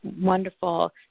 Wonderful